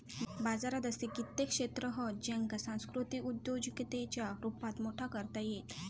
बाजारात असे कित्येक क्षेत्र हत ज्येंका सांस्कृतिक उद्योजिकतेच्या रुपात मोठा करता येईत